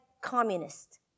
Communist